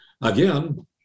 Again